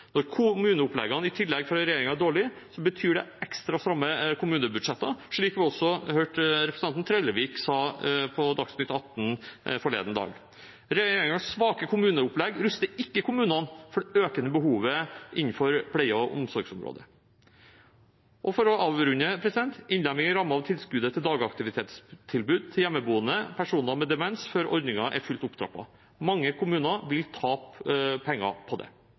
Når kommuneoppleggene fra regjeringen i tillegg er dårlige, betyr det ekstra stramme kommunebudsjetter, slik vi også hørte representanten Trellevik sa på Dagsnytt 18 forleden dag. Regjeringens svake kommuneopplegg ruster ikke kommunene for det økende behovet innenfor pleie- og omsorgsområdet. Og for å avrunde: Det blir innlemming i rammen av tilskuddet til dagaktivitetstilbud til hjemmeboende personer med demens før ordningen er fullt opptrappet. Mange kommuner vil tape penger på det.